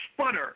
Sputter